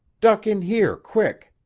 duck in here, quick!